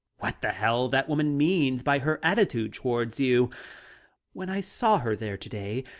what the hell that woman means by her attitude towards you when i saw her there to-day,